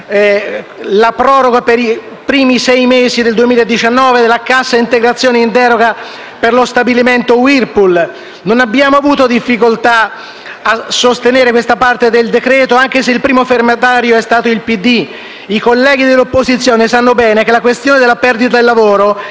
la proroga per i primi sei mesi del 2019 della cassa integrazione in deroga per lo stabilimento Whirlpool. Non abbiamo avuto difficoltà a sostenere questa parte del decreto-legge, anche se il primo firmatario è stato il Partito Democratico. I colleghi dell'opposizione sanno bene che la questione della perdita del lavoro e